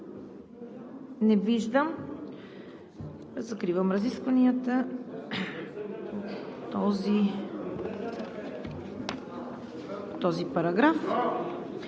Не виждам. Закривам разискванията по този параграф.